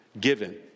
given